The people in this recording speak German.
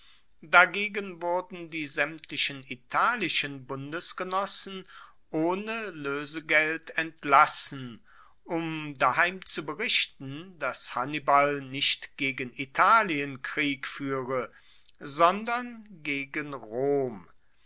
dagegen wurden die saemtlichen italischen bundesgenossen ohne loesegeld entlassen um daheim zu berichten dass hannibal nicht gegen italien krieg fuehre sondern gegen rom